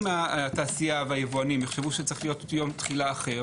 אם התעשייה והיבואנים יחשבו שצריך להיות יום תחילה אחר